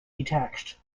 detached